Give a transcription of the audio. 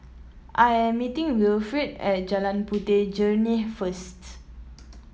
I am meeting Wilfrid at Jalan Puteh Jerneh first